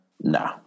No